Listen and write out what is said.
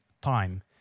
time